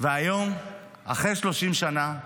והיום, אחרי 30 שנה,